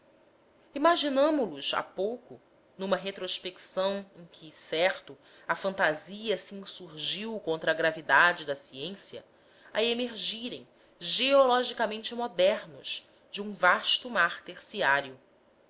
imaginamo los há pouco numa retrospecção em que certo a fantasia se insurgiu contra a gravidade da ciência a emergirem geologicamente modernos de um vasto mar terciário